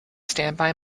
standby